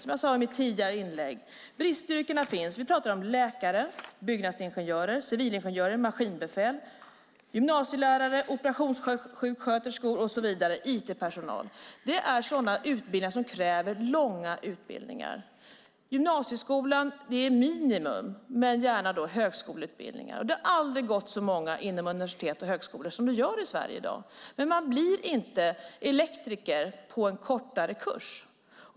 Som jag sade i mitt tidigare inlägg handlar det om läkare, byggnadsingenjörer, civilingenjörer, maskinbefäl, gymnasielärare, operationssjuksköterskor, IT-personal och så vidare. Det är sådana yrken som kräver långa utbildningar. Gymnasieskolan är minimum, men det ska gärna vara högskoleutbildningar. Det har aldrig gått så många på universitet och högskolor som det gör i Sverige i dag. Men man blir inte elektriker på en kortare kurs.